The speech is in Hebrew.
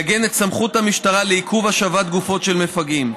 לעגן את מסכות המשטרה לעיכוב השבת גופות של מפגעים,